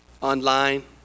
online